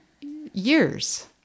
years